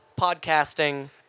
Podcasting